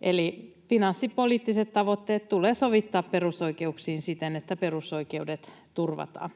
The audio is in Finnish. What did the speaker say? Eli finanssipoliittiset tavoitteet tulee sovittaa perusoikeuksiin siten, että perusoikeudet turvataan.